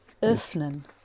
Öffnen